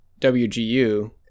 WGU